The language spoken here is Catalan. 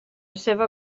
seva